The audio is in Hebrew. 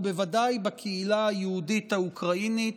ובוודאי בקהילה היהודית האוקראינית,